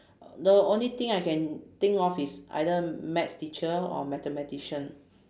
the only thing I can think of is either maths teacher or mathematician